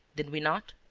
did we not?